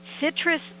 Citrus